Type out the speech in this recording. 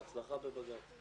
בהצלחה בבג"ץ.